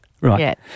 Right